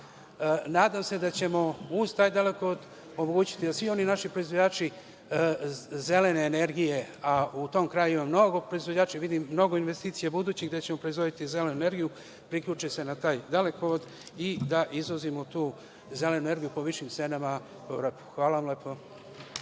se da ćemo uz taj dalekovod omogućiti da svi oni naši proizvođači zelene energije, a u tom kraju ima mnogo proizvođača, vidim mnogo investicija budućih, da ćemo proizvoditi zelenu energiju, priključe se na taj dalekovod i da izvozimo tu zelenu energiju po višim cenama. Hvala.